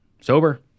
sober